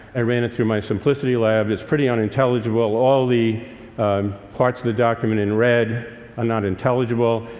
i ran it through my simplicity lab, it's pretty unintelligible. all the parts of the document in red are not intelligible.